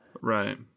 Right